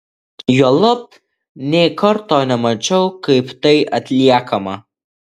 juolab nė karto nemačiau kaip tai atliekama